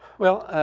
well,